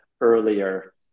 earlier